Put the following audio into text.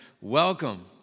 welcome